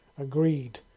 Agreed